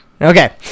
Okay